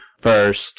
First